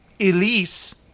Elise